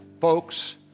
folks